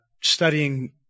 studying